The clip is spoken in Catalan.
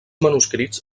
manuscrits